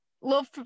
Love